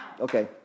Okay